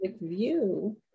View